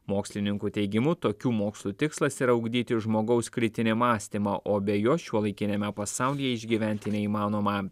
mokslininkų teigimu tokių mokslų tikslas yra ugdyti žmogaus kritinį mąstymą o be jo šiuolaikiniame pasaulyje išgyventi neįmanoma